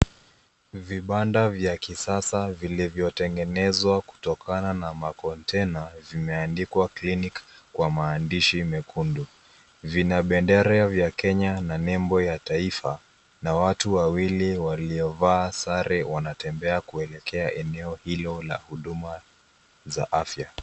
Vibanda vya kisasa vilivyotengenezwa kutokana na makontaina vimeandikwa kliniki kwa maandishi mekundu. Vina bendera vya Kenya na nebo ya taifa, na watu wawili waliovaa sare wanatembea kuelekea eneo hilo la huduma za afya.